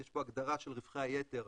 יש פה הגדרה של רווחי היתר,